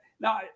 Now